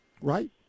Right